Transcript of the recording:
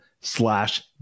slash